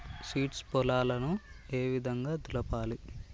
Seeds పొలాలను ఏ విధంగా దులపాలి?